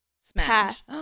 Smash